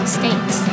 states